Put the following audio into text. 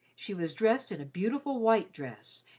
she was dressed in a beautiful white dress,